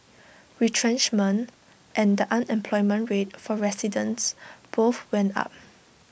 retrenchment and the unemployment rate for residents both went up